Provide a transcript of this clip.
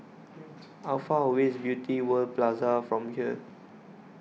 How Far away IS Beauty World Plaza from here